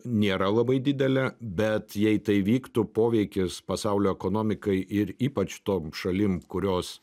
nėra labai didelė bet jei tai vyktų poveikis pasaulio ekonomikai ir ypač tom šalim kurios